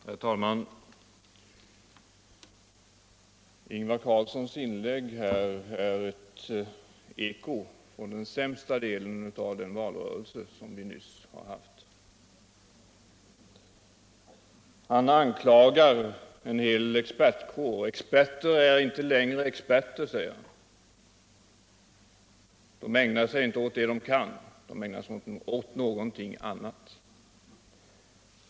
Herr talman! Ingvar Carlssons inlägg var ou eko från sämsta delen av den valrörelse som vi nyligen haft. Ingvar Carlsson anklagar en hel expertkår. Experter är inte längre experter, säger han. De ägnar sig inte åt det de skall: de ägnar sig åt någonting annat.